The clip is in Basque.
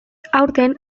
aurten